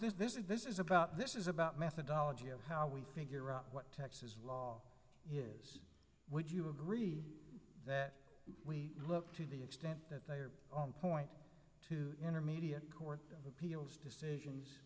is this is this is about this is about methodology of how we figure out what texas law is would you agree that we look to the extent that they are on point to intermediate court of appeals decision